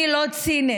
אני לא צינית